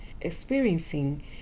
experiencing